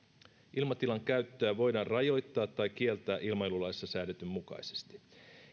ilmatilan käyttöä voidaan rajoittaa tai kieltää ilmailulaissa säädetyn mukaisesti